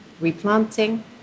replanting